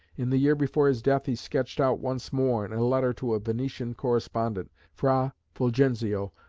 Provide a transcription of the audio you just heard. in the year before his death he sketched out once more, in a letter to a venetian correspondent, fra fulgenzio,